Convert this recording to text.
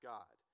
God